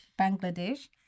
Bangladesh